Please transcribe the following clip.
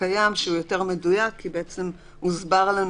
הקיים שהוא יותר מדויק כי הוסבר לנו